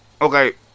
okay